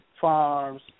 farms